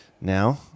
Now